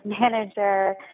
manager